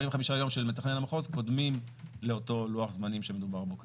45 יום של מתכנן המחוז קודמים לאותו לוח זמנים שמדובר בו כאן.